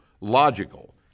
logical